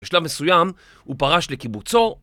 בשלב מסוים הוא פרש לקיבוצו